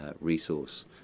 resource